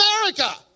America